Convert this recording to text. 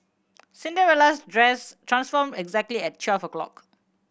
Cinderella's dress transformed exactly at twelve o'clock